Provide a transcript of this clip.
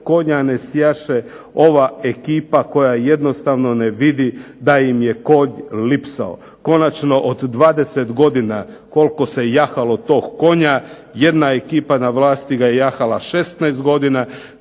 konja ne sjaše ova ekipa koja jednostavno ne vidi da im je konj lipsao. Konačno od 20 godina koliko se jahalo tog konja jedna ekipa na vlasti ga je jahala 16 godina,